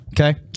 Okay